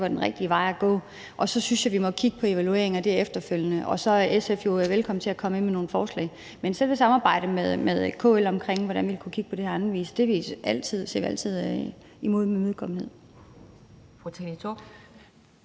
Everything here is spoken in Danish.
var den rigtige vej at gå. Så synes jeg, at vi må kigge på evalueringen af det efterfølgende, og så er SF jo velkommen til at komme med nogle forslag. Men sådan et samarbejde med KL om, hvordan vi kunne kigge på det her på anden vis, vil vi altid være imødekommende